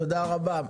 תודה רבה.